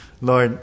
Lord